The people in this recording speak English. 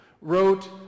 wrote